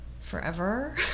forever